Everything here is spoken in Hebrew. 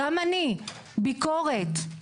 גם אני, ביקורת.